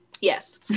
yes